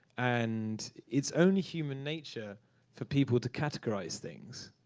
and it's only human nature for people to categorize things.